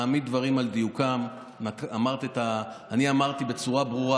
נעמיד דברים על דיוקם: אני אמרתי בצורה ברורה